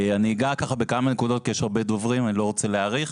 אני אגע בכמה נקודות כי יש הרבה דוברים ואני לא רוצה להאריך.